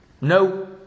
No